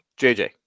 JJ